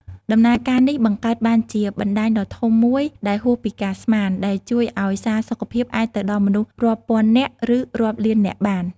ដំណើរការនេះបង្កើតបានជាបណ្តាញដ៏ធំមួយដែលហួសពីការស្មាន ដែលជួយឲ្យសារសុខភាពអាចទៅដល់មនុស្សរាប់ពាន់នាក់ឬរាប់លាននាក់បាន។